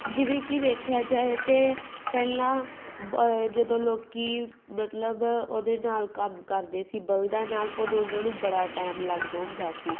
ਜਿਵੇਂ ਕਿ ਵੇਖਿਆ ਜਾਏ ਤਾਂ ਪਹਿਲਾਂ ਜਦੋਂ ਲੋਕ ਮਤਲਬ ਉਹਦੇ ਨਾਲ ਕੰਮ ਕਰਦੇ ਸੀ ਬਲਦਾਂ ਨਾਲ ਉਦੋਂ ਉਹਨਾਂ ਨੂੰ ਬੜਾ ਟਾਈਮ ਲੱਗਦਾ ਹੁੰਦਾ ਸੀ